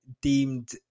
deemed